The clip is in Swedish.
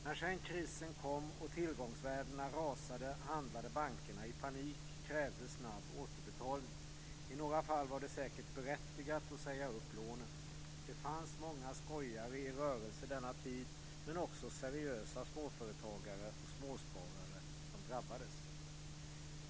När sedan krisen kom och tillgångsvärdena rasade, handlade bankerna i panik och krävde snabb återbetalning. I några fall var det säkert berättigat att säga upp lånen. Det fanns många skojare i rörelse denna tid, men också seriösa småföretagare och småsparare drabbades.